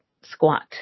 squat